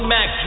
Mac